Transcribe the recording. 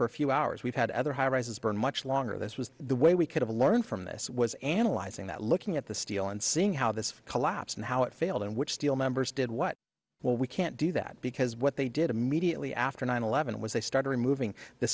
for a few hours we've had other high rises burn much longer this was the way we could have learned from this was analyzing that looking at the steel and seeing how this collapse and how it failed and which steel members did what well we can't do that because what they did immediately after nine eleven was they started removing the